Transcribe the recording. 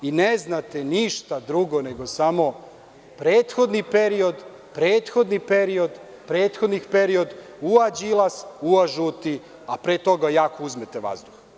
Ne znate ništa drugo nego samo - prethodni period, prethodni period, prethodni period, ua Đilas, ua žuti, a pre toga jako uzmete vazduh.